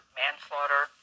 manslaughter